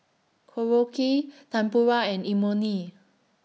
Korokke Tempura and Imoni